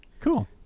Cool